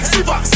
Siva